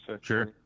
sure